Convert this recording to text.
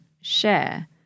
share